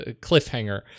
cliffhanger